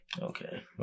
Okay